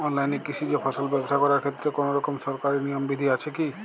অনলাইনে কৃষিজ ফসল ব্যবসা করার ক্ষেত্রে কোনরকম সরকারি নিয়ম বিধি আছে কি?